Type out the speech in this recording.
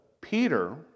Peter